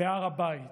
בהר הבית,